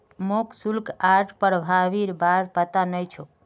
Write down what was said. मोक शुल्क आर प्रभावीर बार पता नइ छोक